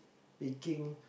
picking